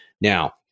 Now